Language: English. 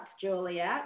Juliet